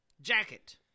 jacket